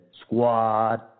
Squad